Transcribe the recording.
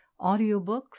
audiobooks